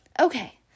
Okay